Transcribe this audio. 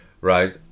right